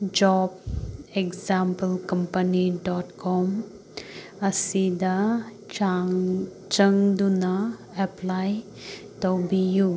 job example company dot com ꯑꯁꯤꯗ ꯆꯪ ꯆꯪꯗꯨꯅ ꯑꯦꯞꯄ꯭ꯂꯥꯏ ꯇꯧꯕꯤꯌꯨ